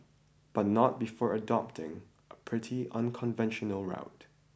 but not before adopting a pretty unconventional route